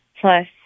plus